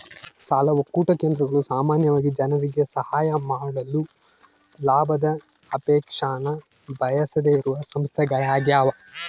ಸಾಲ ಒಕ್ಕೂಟ ಕೇಂದ್ರಗಳು ಸಾಮಾನ್ಯವಾಗಿ ಜನರಿಗೆ ಸಹಾಯ ಮಾಡಲು ಲಾಭದ ಅಪೇಕ್ಷೆನ ಬಯಸದೆಯಿರುವ ಸಂಸ್ಥೆಗಳ್ಯಾಗವ